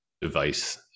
device